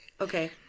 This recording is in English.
Okay